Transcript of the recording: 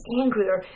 angrier